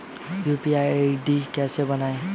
UPI ID कैसे बनाएं?